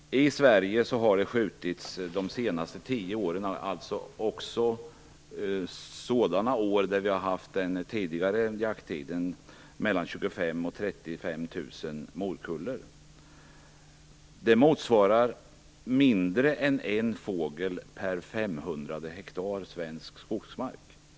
I Sverige har det de senaste tio åren - dvs. även sådana år när vi har haft den tidigare jakttiden - skjutits 25 000-35 000 morkullor. Det motsvarar mindre än en fågel per 500 hektar svensk skogsmark. Herr talman!